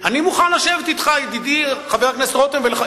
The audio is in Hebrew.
אני מוכן לשבת אתך, ידידי חבר הכנסת רותם, ולחפש.